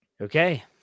Okay